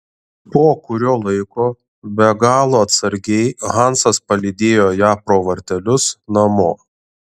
po kurio laiko be galo atsargiai hansas palydėjo ją pro vartelius namo